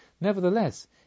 Nevertheless